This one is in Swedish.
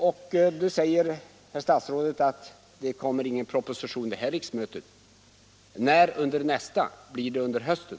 Herr statsrådet säger till slut att det inte kommer någon proposition under det här riksmötet. När kommer den då under nästa — blir det under hösten?